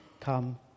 come